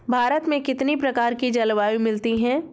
भारत में कितनी प्रकार की जलवायु मिलती है?